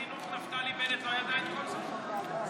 תגיד,